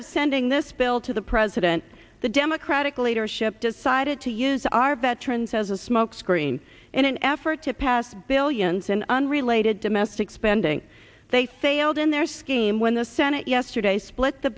of sending this bill to the president the democratic leadership decided to use our veterans as a smokescreen in an effort to pass billions in unrelated domestic spending they failed in their scheme when the senate yesterday split the